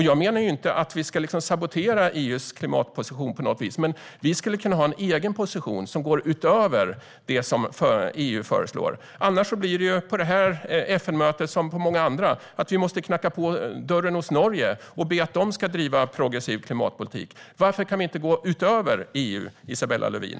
Jag menar inte att vi ska sabotera EU:s klimatposition på något vis, men vi skulle kunna ha en egen position som går utöver det som EU föreslår. Annars blir det på det här FN-mötet som på många andra: Vi måste knacka på hos Norge och be Norge att driva en progressiv klimatpolitik. Varför kan vi inte gå utöver EU, Isabella Lövin?